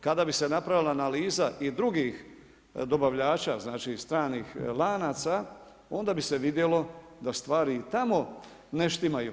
Kada bi se napravila analiza i drugih dobavljača stranih lanaca onda bi se vidjelo da stvari i tamo ne štimaju.